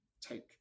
take